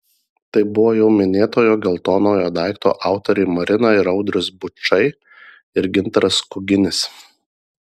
tai buvo jau minėtojo geltonojo daikto autoriai marina ir audrius bučai ir gintaras kuginis